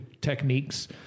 techniques